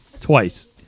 Twice